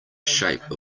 shape